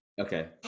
Okay